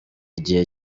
igihe